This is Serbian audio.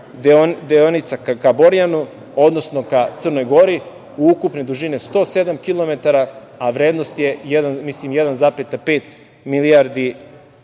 deonica ka Borjanu, odnosno ka Crnoj Gori, ukupne dužine 107 km, a vrednost je 1,5 milijardi